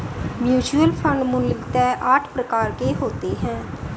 mutual fund मूलतः आठ प्रकार के होते हैं